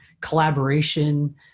collaboration